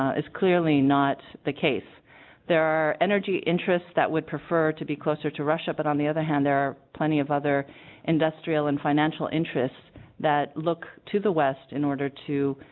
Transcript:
is clearly not the case there are energy interests that would prefer to be closer to russia but on the other hand their plenty of other industrial and financial interest that look to the west in order to